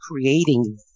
creating